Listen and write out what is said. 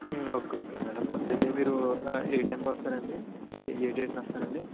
okay okay madam అయితే మీరు ఏ టైంకి వస్తారండి అదే ఏ డేట్ని వస్తారు